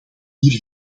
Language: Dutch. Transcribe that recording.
hier